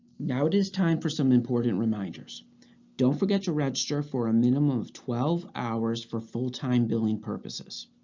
now it is time for some important reminders don't forget to register for a minimum of twelve hours for full-time billing purposes